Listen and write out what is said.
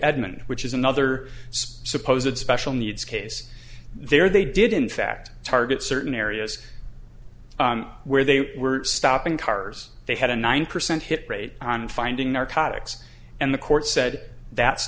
edmond which is another suppose it special needs case there they did in fact target certain areas where they were stopping cars they had a nine percent hit rate on finding narcotics and the court said that's